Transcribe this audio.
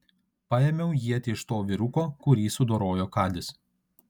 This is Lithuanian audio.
paėmiau ietį iš to vyruko kurį sudorojo kadis